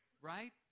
right